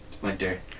winter